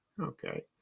Okay